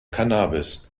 cannabis